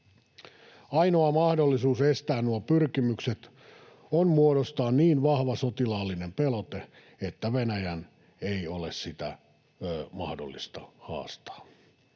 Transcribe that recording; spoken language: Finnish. Ainoa mahdollisuus estää nuo pyrkimykset on muodostaa niin vahva sotilaallinen pelote, että Venäjän ei ole sitä mahdollista haastaa.